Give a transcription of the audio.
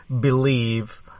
believe